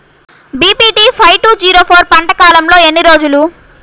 BPT five two zero four పంట కాలంలో ఎన్ని రోజులు?